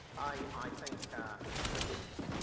i think that it's